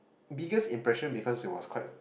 biggest impression because it was quite